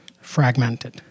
fragmented